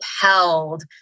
Compelled